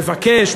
מבקש,